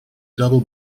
double